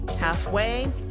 Halfway